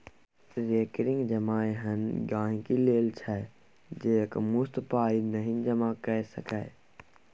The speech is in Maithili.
रेकरिंग जमा एहन गांहिकी लेल छै जे एकमुश्त पाइ नहि जमा कए सकैए